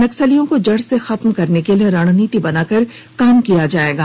नक्सलियों को जड़ से खत्म करने के लिए रणनीति बनाकर काम किया जाएगा